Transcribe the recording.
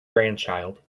grandchild